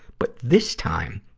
but this time,